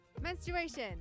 Menstruation